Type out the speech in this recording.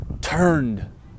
Turned